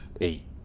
eight